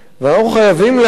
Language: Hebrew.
ואנחנו חייבים להבטיח,